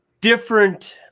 different